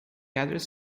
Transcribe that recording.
address